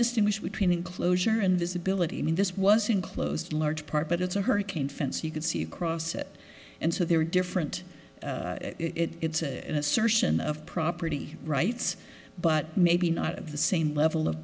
distinguish between enclosure and visibility mean this was enclosed large part but it's a hurricane fence you could see cross it and so there are different it's an assertion of property rights but maybe not of the same level of